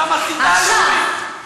את המסיתה הלאומית.